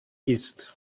ist